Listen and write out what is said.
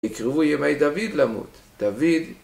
ויקרבו ימי דוד למות. דוד